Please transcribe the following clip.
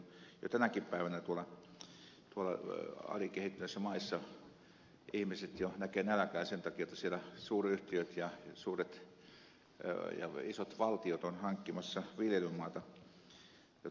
jo tänäkin päivänä tuolla alikehittyneissä maissa ihmiset näkevät nälkää sen takia että siellä suuryhtiöt ja isot valtiot ovat hankkimassa viljelymaata jotta sieltä saadaan polttoaineita